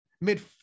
mid